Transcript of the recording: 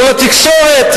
מול התקשורת.